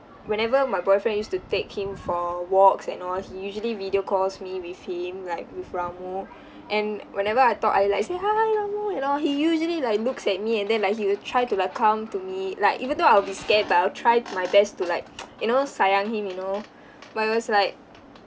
whenever my boyfriend used to take him for walks and all he usually video calls me with him like with ramu and whenever I talk I like say hi ramu and all he usually like looks at me and then like he will try to like come to me like even though I'll be scared but I'll try my best to like you know sayang him you know but it was like